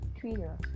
Twitter